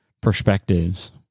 perspectives